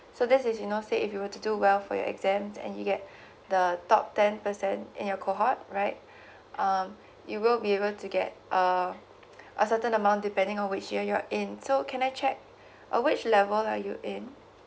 so this is you know say if you were to do well for your exams and you get the top ten percent in your cohort right um you will be able to get uh a certain amount depending on which year you're in so can I check uh which level are you in